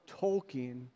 Tolkien